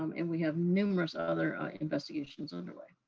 um and we have numerous other investigations underway.